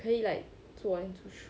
可以 like 做完就去